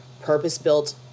purpose-built